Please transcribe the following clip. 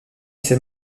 ses